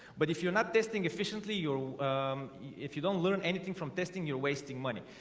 but if you're not testing efficiently you're if you don't learn anything from testing you're wasting money.